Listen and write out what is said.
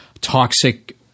toxic